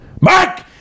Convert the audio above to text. mark